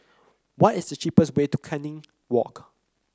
what is the cheapest way to Canning Walk